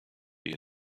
ihr